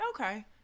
Okay